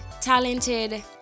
talented